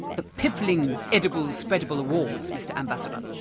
the piffling edible spreadable awards, mister ambassador!